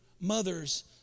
mothers